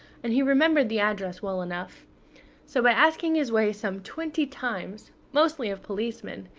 and he remembered the address well enough so by asking his way some twenty times, mostly of policemen,